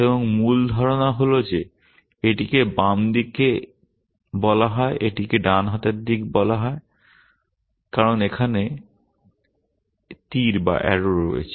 এবং মূল ধারণা হল যে এটিকে বাম দিক বলা হয় এটিকে ডান হাতের দিক বলা হয় কারণ এখানে তীর রয়েছে